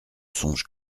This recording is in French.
songe